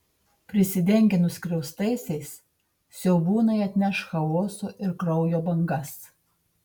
prisidengę nuskriaustaisiais siaubūnai atneš chaoso ir kraujo bangas